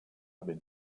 been